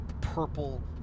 purple